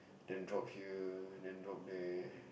then drop here then drop there